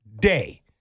day